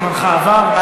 זמנך עבר.